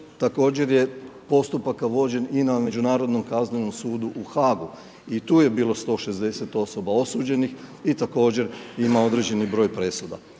također je postupaka vođen i na međunarodnom Kaznenom sudu u HAG-u i tu je bilo 160 osoba osuđenih i također ima određeni broj presuda.